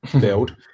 build